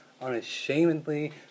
unashamedly